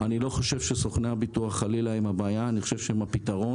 אני לא חושב שסוכני הביטוח הם הבעיה; אני חושב שהם הפתרון.